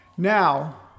Now